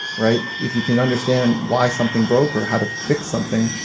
right? if you can understand why something broke or how to fix something,